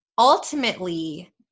Ultimately